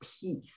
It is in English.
peace